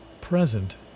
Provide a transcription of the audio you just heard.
present